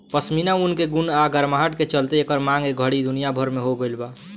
पश्मीना ऊन के गुण आ गरमाहट के चलते एकर मांग ए घड़ी दुनिया भर में हो गइल बा